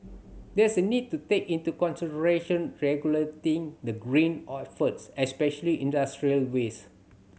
there is a need to take into consideration regulating the green efforts especially industrial waste